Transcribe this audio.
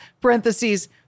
parentheses